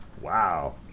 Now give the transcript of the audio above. wow